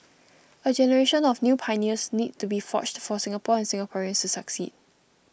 a generation of new pioneers needs to be forged for Singapore and Singaporeans to succeed